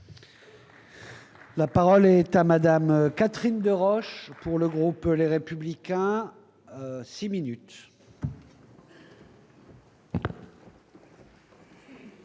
La parole est à Mme Catherine Deroche, pour le groupe Les Républicains.